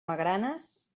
magranes